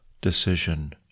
decision